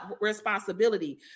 responsibility